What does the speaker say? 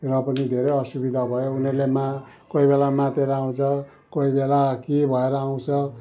र पनि धेरै असुविधा भयो उनीहरले मा कोही बेला मातेर आउँछ कोही बेला के भएर आउँछ